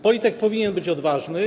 Polityk powinien być odważny.